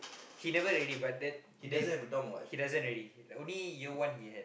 he never really but that that he doesn't already only year one he had